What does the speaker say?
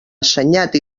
assenyat